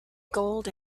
gold